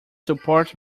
support